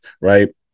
right